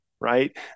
right